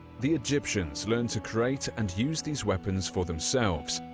the egyptians learned to create and use these weapons for themselves,